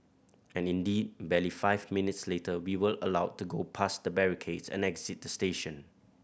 and indeed barely five minutes later we were allowed to go past the barricades and exit the station